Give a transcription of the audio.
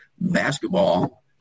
basketball